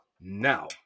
now